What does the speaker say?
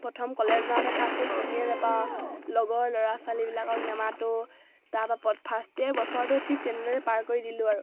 প্ৰথম কলেজ যাওঁতে কাকো চিনিয়ে নাপাওঁ লগৰ ল'ৰা ছোৱালীবিলাকক নামাতো তাৰপৰা প ফাৰ্ষ্ট ইয়েৰ বছৰটো ঠিক তেনেদৰে পাৰ কৰি দিলোঁ আৰু